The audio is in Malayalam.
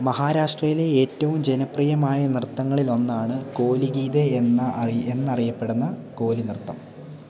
മഹാരാഷ്ട്രയിലെ ഏറ്റവും ജനപ്രിയമായ നൃത്തങ്ങളിലൊന്നാണ് കോലിഗീതെ എന്നറിയപ്പെടുന്ന കോലി നൃത്തം